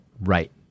Right